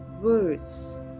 words